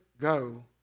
go